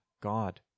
God